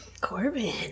Corbin